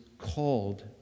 called